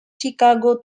chicago